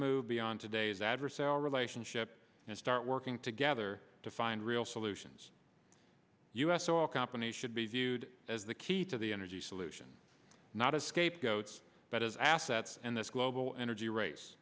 move beyond today's adversarial relationship and start working together to find real solutions us all companies should be viewed as the key to the energy solution not a scapegoats but as assets in this global energy race